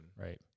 Right